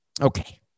Okay